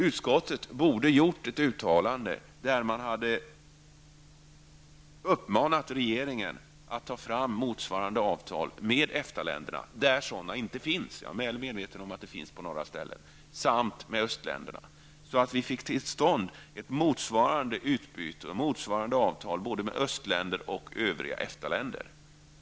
Utskottet borde gjort ett uttalande där regeringen uppmanats att sluta motsvarande avtal med EFTA länderna, där sådana avtal inte finns -- jag är väl medveten om att det finns sådana avtal i några fall -- samt med östländerna, så att vi får till stånd ett utbyte både med östländer och övriga EFTA länder.